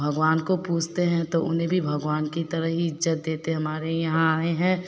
भगवान को पूजते हैं तो उन्हें भी भगवान की तरह ही इज़्ज़त देते हमारे यहाँ आएं हैं